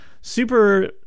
super